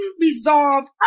unresolved